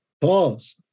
pause